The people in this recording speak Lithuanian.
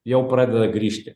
jau pradeda grįžti